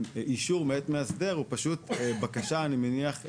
אישור מאת מאסדר הוא בקשה רזה יותר, אני מניח,